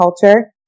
culture